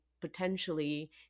potentially